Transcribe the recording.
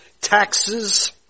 taxes